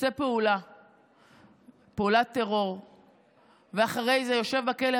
עושה פעולת טרור ואחרי זה יושב בכלא,